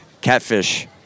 Catfish